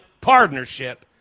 partnership